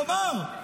תאמר,